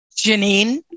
Janine